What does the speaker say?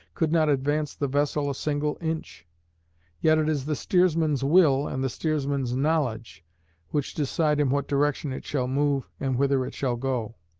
could not advance the vessel a single inch yet it is the steersman's will and the steersman's knowledge which decide in what direction it shall move and whither it shall go.